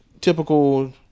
Typical